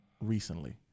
recently